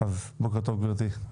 בוקר טוב גברתי.